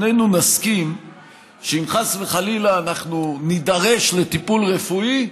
שנינו נסכים שאם חס וחלילה אנחנו נידרש לטיפול רפואי,